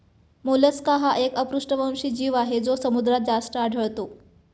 Mollusca हा एक अपृष्ठवंशी जीव आहे जो समुद्रात जास्त आढळतो